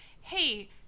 hey